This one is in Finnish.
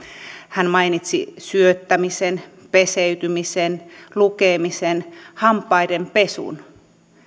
hän mainitsi syöttämisen peseytymisen lukemisen hampaidenpesun